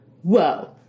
Whoa